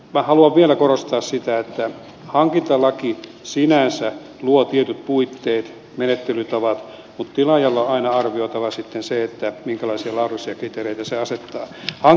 minä haluan vielä korostaa sitä että hankintalaki sinänsä luo tietyt puitteet menettelytavat mutta tilaajan on aina arvioitava sitten se minkälaisia laadullisia kriteereitä se asettaa